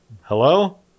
hello